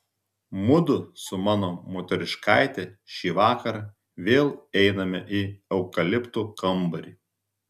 mudu su mano moteriškaite šįvakar vėl einame į eukaliptų kambarį